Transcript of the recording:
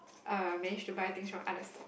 uh managed to buy things from other stalls